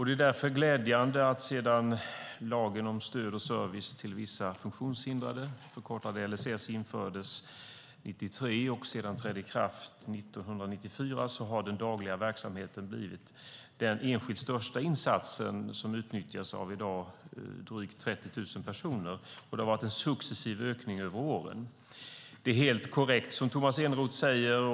Det är därför glädjande att sedan lagen om stöd och service till vissa funktionshindrade, LSS, infördes 1993 och trädde i kraft 1994 har den dagliga verksamheten blivit den enskilt största insatsen. Den utnyttjas i dag av drygt 30 000 personer, och det har varit en successiv ökning över åren. Det är helt korrekt som Tomas Eneroth säger.